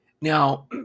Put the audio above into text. Now